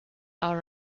are